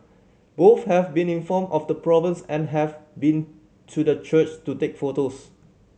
both have been informed of the problems and have been to the church to take photos